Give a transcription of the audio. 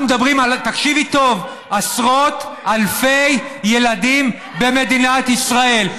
תקשיבי טוב, על עשרות אלפי ילדים במדינת ישראל.